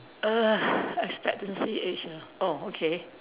err expectancy age ah oh okay